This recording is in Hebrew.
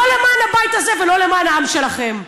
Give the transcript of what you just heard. לא למען הבית הזה ולא למען העם שלכם.